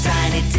Tiny